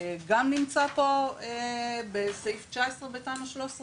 גם נמצא פה בסעיף 19 בתמ"א 6/13,